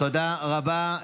תודה רבה.